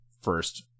first